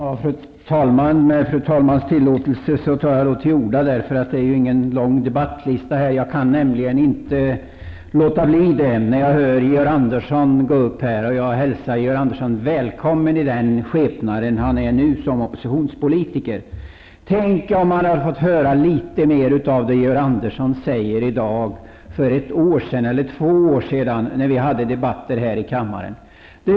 Fru talman! Med fru talmannens tillåtelse tar jag till orda, eftersom vi inte har någon lång föredragningslista i dag. Jag kan nämligen inte låta bli det när jag hör Georg Andersson tala här. Jag hälsar Georg Andersson välkommen i den skepnad han nu har, som oppositionspolitiker. Tänk om man hade fått höra litet mer av det som Georg Andersson i dag säger när vi hade debatter här i kammaren för ett eller två år sedan!